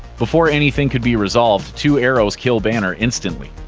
before anything could be resolved, two arrows kill banner instantly.